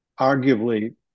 arguably